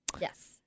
yes